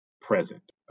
present